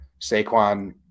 Saquon